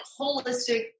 holistic